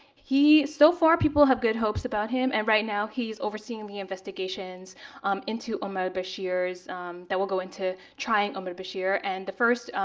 so far people have good hopes about him. and right now, he's overseeing the investigations um into omar al-bashirs that will go into trying omar al-bashir. and the first,